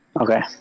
Okay